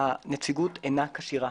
הנציגות אינה כשירה,